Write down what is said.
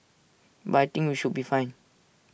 but I think we should be fine